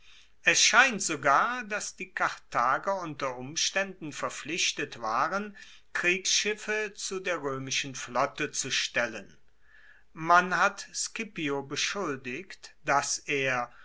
es scheint sogar dass die karthager unter umstaenden verpflichtet waren kriegsschiffe zu der roemischen flotte zu stellen man hat scipio beschuldigt dass er